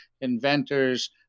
inventors